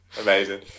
Amazing